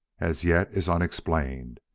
as yet, is unexplained.